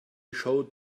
showed